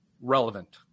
relevant